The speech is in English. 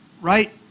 right